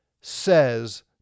says